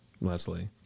Leslie